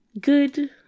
good